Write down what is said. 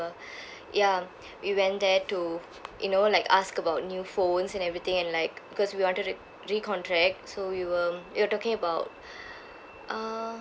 ya we went there to you know like ask about new phones and everything and like because we wanted to recontract so we were we were talking about uh